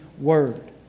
word